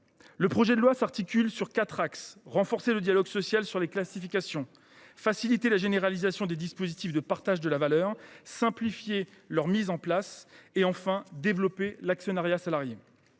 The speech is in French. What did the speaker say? Le présent texte suit quatre axes : renforcer le dialogue social sur les classifications, faciliter la généralisation des dispositifs de partage de la valeur, simplifier leur mise en place et développer l’actionnariat salarié.